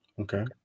Okay